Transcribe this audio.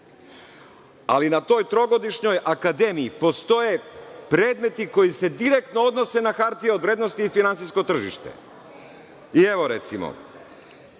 Ali, na toj trogodišnjoj akademiji postoje predmeti koji se direktno odnose na hartije od vrednosti i finansijsko tržište. I, evo, recimo,